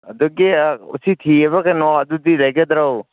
ꯑꯗꯒꯤ ꯎꯆꯤꯊꯤ ꯍꯥꯏꯕ꯭ꯔꯥ ꯀꯩꯅꯣ ꯑꯗꯨꯗꯤ ꯂꯩꯒꯗ꯭ꯔꯣ